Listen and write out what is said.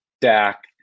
Dak